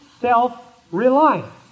self-reliance